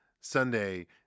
Sunday